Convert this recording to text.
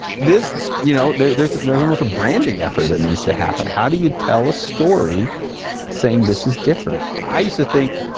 this you know stuff there's there's almost a branding effort that needs to happen. how do you tell a story saying this is different? i used to think,